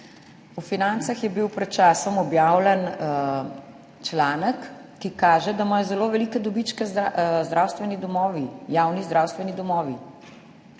V Financah je bil pred časom objavljen članek, ki kaže, da imajo zelo velike dobičke zdravstveni domovi, javni zdravstveni domovi,